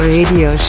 Radio